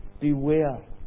Beware